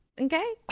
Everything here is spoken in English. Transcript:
Okay